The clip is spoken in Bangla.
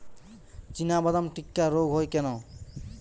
চিনাবাদাম টিক্কা রোগ হয় কেন?